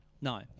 no